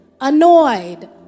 annoyed